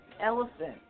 elephant